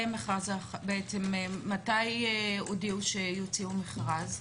מתי הודיעו שיוציאו מכרז?